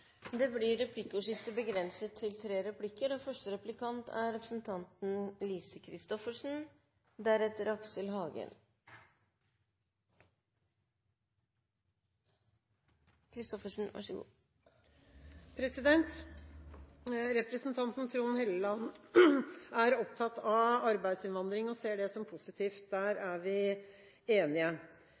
Det blir replikkordskifte. Representanten Trond Helleland er opptatt av arbeidsinnvandring og ser det som positivt. Der er vi enige.